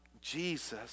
Jesus